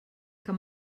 kann